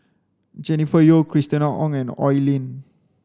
Jennifer Yeo Christina Ong and Oi Lin